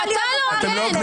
לא, אתה לא הוגן.